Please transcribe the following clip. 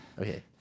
Okay